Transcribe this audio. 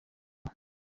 umwe